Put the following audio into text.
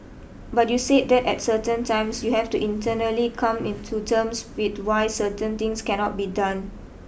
but you said that at certain times you have to internally come in to terms with why certain things cannot be done